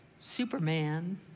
Superman